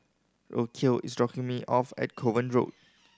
Rocio is dropping me off at Kovan Road